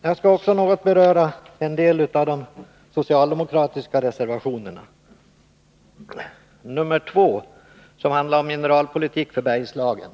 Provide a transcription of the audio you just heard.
Jag skall också ta upp några av de socialdemokratiska reservationerna. Reservation 2 handlar om mineralpolitik för Bergslagen.